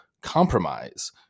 compromise